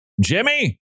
Jimmy